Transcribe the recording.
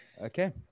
Okay